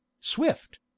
swift